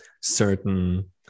certain